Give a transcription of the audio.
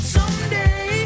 Someday